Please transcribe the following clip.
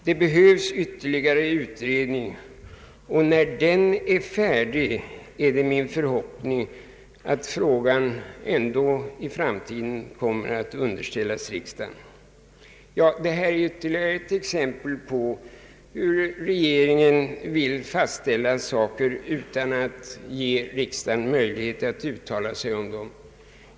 Det behövs ytterligare utredning, och när den är färdig är det min förhoppning att frågan även i framtiden kommer att underställas riksdagen. Detta är ytterligare ett exempel på hur regeringen vill fatta beslut utan att ge riksdagen möjlighet att uttala sig om dem.